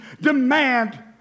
demand